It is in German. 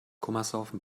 komasaufen